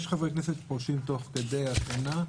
יש חברי כנסת שפורשים תוך כדי השנה.